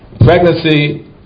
pregnancy